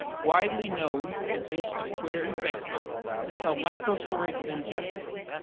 widely known for his use of twitter and facebook to tell micro stories of injustice,